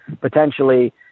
potentially